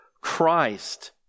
Christ